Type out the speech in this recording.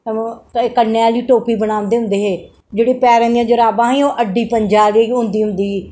कन्नें आह्ली टोपी बनांदे होंदे हे जेह्ड़ी पैरें दी जराबां हियां ओह् अड्डी पंजा केह् होंदी होंदी ही